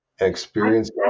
experience